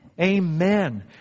Amen